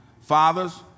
Fathers